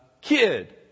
kid